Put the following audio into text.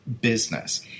business